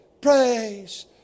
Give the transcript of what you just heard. praise